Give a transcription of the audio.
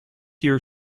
your